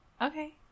Okay